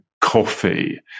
coffee